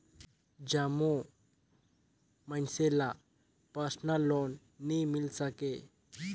जम्मो मइनसे ल परसनल लोन नी मिल सके